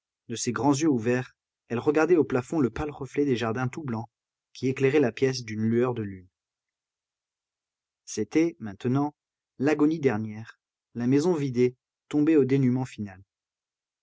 de ses grands yeux ouverts elle regardait au plafond le pâle reflet des jardins tout blancs qui éclairait la pièce d'une lueur de lune c'était maintenant l'agonie dernière la maison vidée tombée au dénuement final